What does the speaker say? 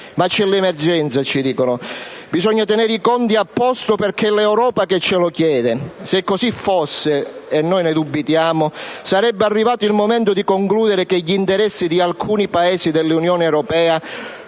Ma c'è l'emergenza, ci dicono, bisogna tenere i conti a posto perché è l'Europa che ce lo chiede. Se così fosse - e ne dubitiamo - sarebbe arrivato il momento di concludere che gli interessi di alcuni Paesi dell'Unione europea